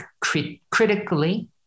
critically